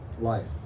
Life